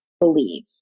believe